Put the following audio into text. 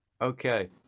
okay